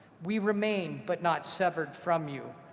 we remain but not severed from you.